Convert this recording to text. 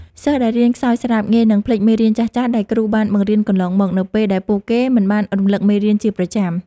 សិស្សដែលរៀនខ្សោយស្រាប់ ងាយនឹងភ្លេចមេរៀនចាស់ៗដែលគ្រូបានបង្រៀនកន្លងមក នៅពេលដែលពួកគេមិនបានរំលឹកមេរៀនជាប្រចាំ។